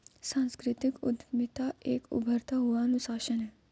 सांस्कृतिक उद्यमिता एक उभरता हुआ अनुशासन है